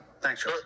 Thanks